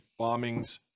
bombings